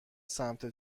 سمت